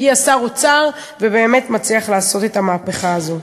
הגיע שר אוצר ובאמת מצליח לעשות את המהפכה הזאת.